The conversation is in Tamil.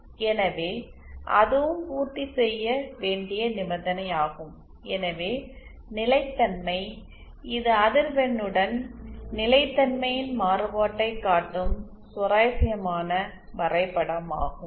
எனவே அதுவும் பூர்த்தி செய்ய வேண்டிய நிபந்தனை ஆகும் எனவே நிலைத்தன்மை இது அதிர்வெண்ணுடன் நிலைத்தன்மையின் மாறுபாட்டைக் காட்டும் சுவாரஸ்யமான வரைபடமாகும்